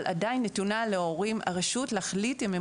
אבל עדיין נתונה להורים הרשות להחליט אם הם